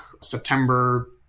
September